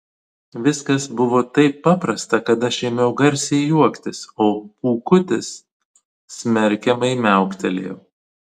viskas buvo taip paprasta kad aš ėmiau garsiai juoktis o pūkutis smerkiamai miauktelėjo